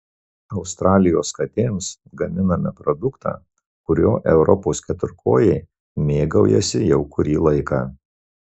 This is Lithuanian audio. australijos katėms gaminame produktą kuriuo europos keturkojai mėgaujasi jau kurį laiką